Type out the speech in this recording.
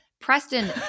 Preston